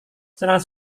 senang